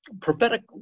prophetic